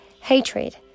hatred